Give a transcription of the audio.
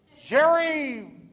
Jerry